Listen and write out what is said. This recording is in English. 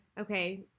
Okay